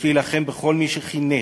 יש להילחם בכל מי שחינך,